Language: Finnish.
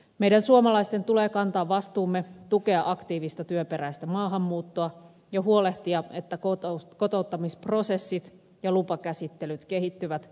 meidän suomalaisten tulee kantaa vastuumme tukea aktiivista työperäistä maahanmuuttoa ja huolehtia että kotouttamisprosessit ja lupakäsittelyt kehittyvät tarkoituksenmukaisemmiksi